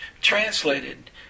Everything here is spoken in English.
translated